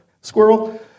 Squirrel